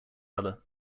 other